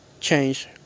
change